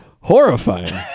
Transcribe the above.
horrifying